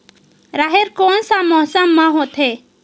राहेर कोन मौसम मा होथे?